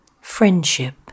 Friendship